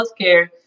healthcare